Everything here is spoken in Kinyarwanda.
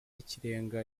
y’ikirenga